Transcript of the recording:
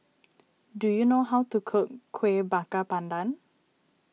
do you know how to cook Kuih Bakar Pandan